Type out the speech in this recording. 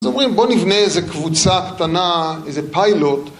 אז אומרים בוא נבנה איזה קבוצה קטנה, איזה פיילוט